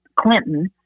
Clinton